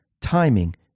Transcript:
Timing